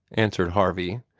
answered harvey,